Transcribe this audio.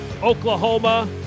Oklahoma